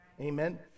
Amen